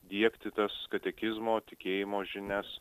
diegti tas katekizmo tikėjimo žinias